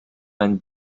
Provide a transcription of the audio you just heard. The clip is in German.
mein